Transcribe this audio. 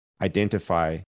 identify